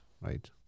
right